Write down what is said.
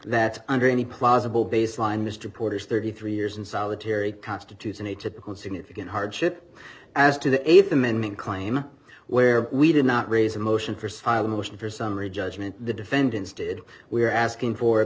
that under any plausible baseline mr porter's thirty three years in solitary constitutes an atypical significant hardship as to the th amendment claim where we did not raise a motion for sila motion for summary judgment the defendants did we are asking for